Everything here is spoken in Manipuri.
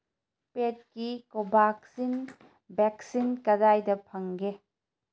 ꯄꯦꯠꯀꯤ ꯀꯣꯚꯥꯛꯁꯤꯟ ꯚꯦꯛꯁꯤꯟ ꯀꯗꯥꯏꯗ ꯐꯪꯒꯦ